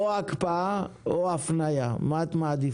או הקפאה או הפניה, מה את מעדיפה?